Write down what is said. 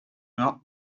not